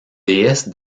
déesse